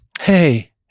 Hey